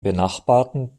benachbarten